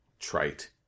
trite